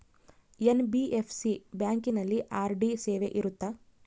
NBFC ಬ್ಯಾಂಕಿನಲ್ಲಿ RD ಸೇವೆ ಇರುತ್ತಾ?